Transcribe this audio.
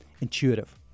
intuitive